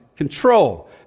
Control